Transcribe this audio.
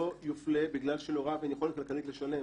יופלה בגלל שלהוריו אין יכולת כלכלית לשלם.